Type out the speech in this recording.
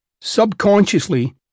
Subconsciously